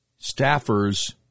staffers